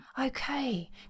okay